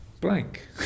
blank